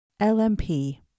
LMP